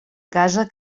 casa